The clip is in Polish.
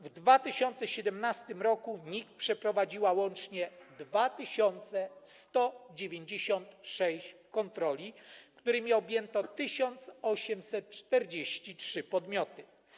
W 2017 r. NIK przeprowadziła łącznie 2196 kontroli, którymi objęto 1843 podmioty.